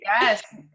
Yes